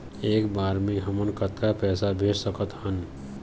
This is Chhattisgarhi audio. एक बर मे हमन कतका पैसा भेज सकत हन?